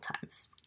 times